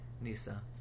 Nisa